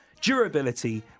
durability